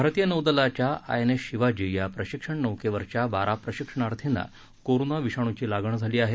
भारतीय नौदलाच्या आयएनएस शिवाजी या प्रशिक्षण नौकेवरच्या बारा प्रशिक्षणार्थींना कोरोना विषाणूची लागण झाली आहे